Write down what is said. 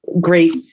great